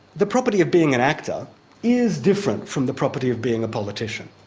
the property of being an actor is different from the property of being a politician,